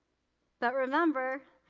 but remember,